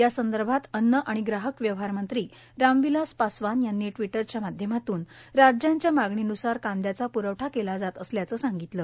यासंदर्भात अन्न आणि ग्राहक व्यवहार मंत्री रामविलास पासवान यांनी टिवटरच्या माध्यमातून राज्यांच्या मागणीनुसार कांद्याचा प्रवठा केला जात असल्याच सांगितलं